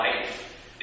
life